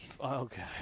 Okay